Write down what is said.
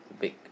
Big